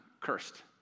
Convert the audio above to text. Cursed